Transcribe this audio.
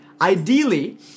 Ideally